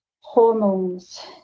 hormones